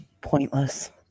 pointless